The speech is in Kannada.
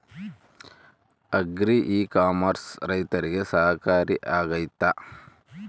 ಅಗ್ರಿ ಇ ಕಾಮರ್ಸ್ ರೈತರಿಗೆ ಸಹಕಾರಿ ಆಗ್ತೈತಾ?